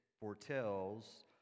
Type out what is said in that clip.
foretells